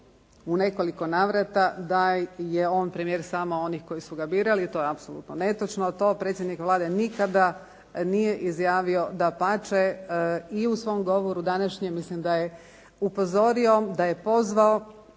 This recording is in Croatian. u nekoliko navrata da je on premijer samo onih koji su ga birali. To je apsolutno netočno. To predsjednik Vlade nikada nije izjavio. Dapače i u svom govoru današnjem mislim da je upozorio, da je pozvao,